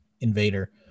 invader